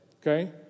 okay